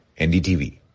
NDTV